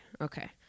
okay